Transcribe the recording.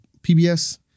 PBS